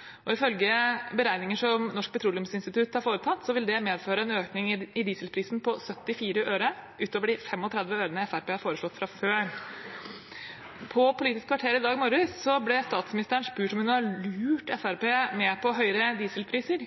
biodrivstoff. Ifølge beregninger som Norsk Petroleumsinstitutt har foretatt, vil det medføre en økning i dieselprisen på 74 øre utover de 35 øre Fremskrittspartiet har foreslått fra før. I Politisk kvarter i dag morges ble statsministeren spurt om hun har lurt Fremskrittspartiet med på høyere dieselpriser.